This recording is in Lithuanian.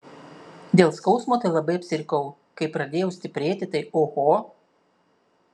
dėl skausmo tai labai apsirikau kai pradėjo stiprėti tai oho